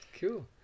cool